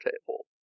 table